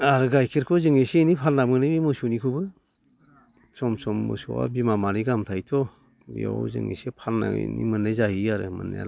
आरो गाइखेरखौ जों एसे एनै फानना मोनो बे मोसौनिखौबो सम सम मोसौआ बिमा मानै गाहाम थायोथ' बेयाव जों एसे फाननानैनो मोननाय जायो आरो मोननायालाय